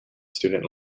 student